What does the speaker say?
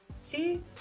see